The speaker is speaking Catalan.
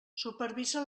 supervisa